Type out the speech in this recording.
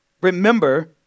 Remember